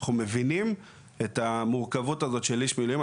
אנחנו מבינים את המורכבות של איש מילואים.